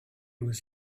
was